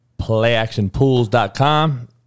playactionpools.com